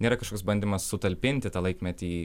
nėra kažkoks bandymas sutalpinti tą laikmetį į